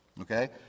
Okay